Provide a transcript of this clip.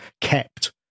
kept